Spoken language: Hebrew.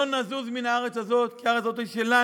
לא נזוז מהארץ הזאת, כי הארץ הזאת היא שלנו.